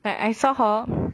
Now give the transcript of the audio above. I I saw her